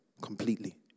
completely